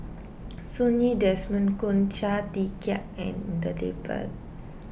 Sun Yee Desmond Kon Chia Tee Chiak and the